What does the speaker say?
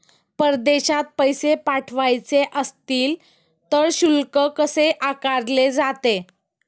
परदेशात पैसे पाठवायचे असतील तर शुल्क कसे आकारले जाते?